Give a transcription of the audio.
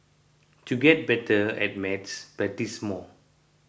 to get better at maths practise more